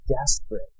desperate